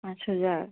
ପାଞ୍ଚ୍ ହଜାର୍